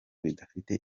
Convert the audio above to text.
bidafite